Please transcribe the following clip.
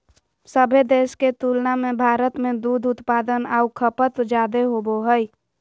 सभे देश के तुलना में भारत में दूध उत्पादन आऊ खपत जादे होबो हइ